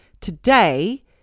Today